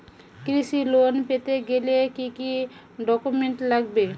কৃষি লোন পেতে গেলে কি কি ডকুমেন্ট লাগবে?